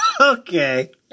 Okay